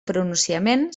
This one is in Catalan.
pronunciament